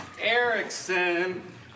Erickson